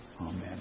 Amen